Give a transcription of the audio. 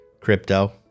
Crypto